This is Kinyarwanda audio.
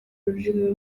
ururimi